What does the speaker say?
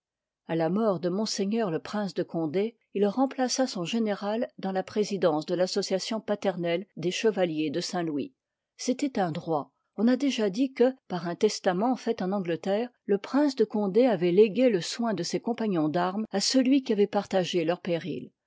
a là mbftdé ms îeptitlcc de condé il ihîiiiplâça songéncràl dàrisla présidence de rassociation paternelle des chevaliers de saint-louis c'étoit un droit on a déjk dit que par un testament fait en angleterre lé prince de condé avoit légué lié soiiide ses compagnons d'armeis à celui qui avoit partagé leurs périls